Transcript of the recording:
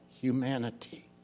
humanity